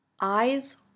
Eyes